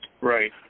Right